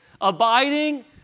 Abiding